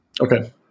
Okay